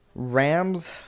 Rams